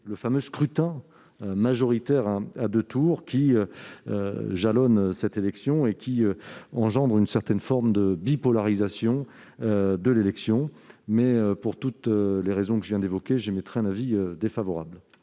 le fameux scrutin majoritaire à deux tours, qui jalonne cette élection, qui engendre une certaine forme de bipolarisation de l'élection. Pour toutes les raisons que je viens d'évoquer, j'émettrai un avis défavorable